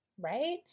right